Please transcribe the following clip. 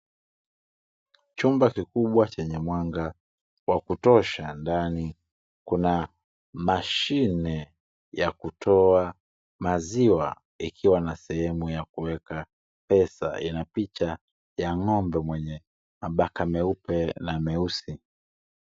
Chumba kikubwa chenye mwanga wa kutosha ndani kuna mashine ya kutoa maziwa ikiwa na sehemu ya kuwekea pesa, ina picha ya ng'ombe mwenye mabaka meupe na meusi.